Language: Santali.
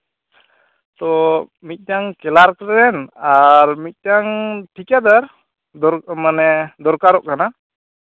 ᱛᱚ ᱢᱤᱫᱴᱟᱝ ᱠᱞᱟᱨᱠ ᱨᱮᱱ ᱟᱨ ᱢᱤᱫᱴᱟᱝ ᱴᱷᱤᱠᱟᱹᱫᱟᱨ ᱫᱚᱨ ᱢᱟᱱᱮ ᱫᱚᱨᱠᱟᱨᱚᱜ ᱠᱟᱱᱟ